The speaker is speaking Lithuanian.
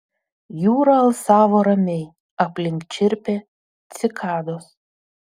jūra alsavo ramiai aplink čirpė cikados